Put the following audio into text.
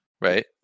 right